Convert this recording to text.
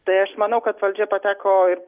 tai aš manau kad valdžia pateko